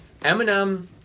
Eminem